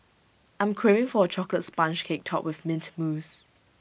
I am craving for A Chocolate Sponge Cake Topped with Mint Mousse